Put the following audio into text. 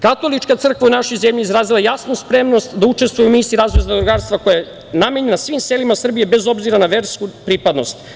Katolička crkva u našoj zemlji izrazila je jasnu spremnost da učestvuje u misiji zemljoradničkog zadrugarstva koja je namenjena svim selima Srbije, bez obzira na versku pripadnost.